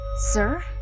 Sir